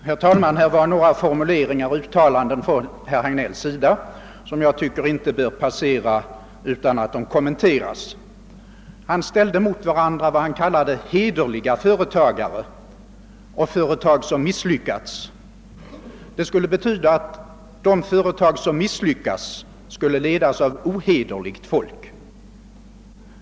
Herr talman! Det är några formuleringar och uttalanden av herr Hagnell som jag tycker inte bör passera utan kommentarer. Herr Hagnell ställde mot varandra vad han kallade hederliga företagare och företagare som misslyckats. Detta skulle betyda att de företag som misslyckats har letts av ohederligt folk.